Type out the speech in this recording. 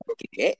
Okay